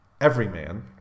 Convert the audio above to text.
everyman